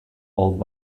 old